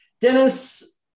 Dennis